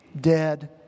dead